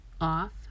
off